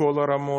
בכל הרמות,